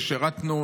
וגם שירתנו,